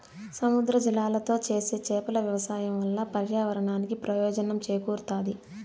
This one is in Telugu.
సముద్ర జలాలతో చేసే చేపల వ్యవసాయం వల్ల పర్యావరణానికి ప్రయోజనం చేకూరుతాది